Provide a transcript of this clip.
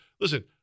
listen